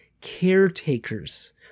caretakers